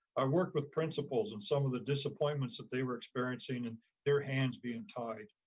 i worked with principals and some of the disappointments that they were experiencing and their hands being tied,